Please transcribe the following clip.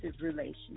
relationship